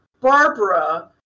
Barbara